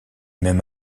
même